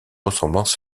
ressemblance